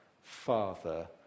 Father